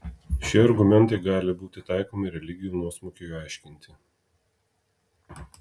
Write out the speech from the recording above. šie argumentai gali būti taikomi religijų nuosmukiui aiškinti